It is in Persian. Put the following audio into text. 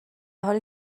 حالی